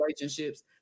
relationships